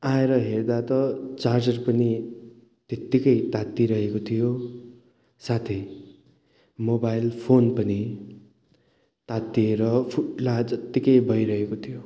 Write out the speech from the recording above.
आएर हेर्दा त चार्जर पनि त्यतिकै तात्तिइरहेको थियो साथै मोबाइल फोन पनि तात्तिएर फुट्ला जत्तिकै भइरहेको थियो